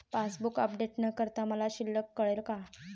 Passbook update न करता मला शिल्लक कळेल का?